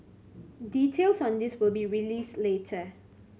details on this will be released later